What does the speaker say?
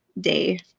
day